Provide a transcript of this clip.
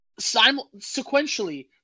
Sequentially